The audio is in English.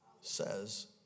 says